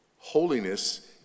Holiness